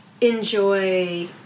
enjoy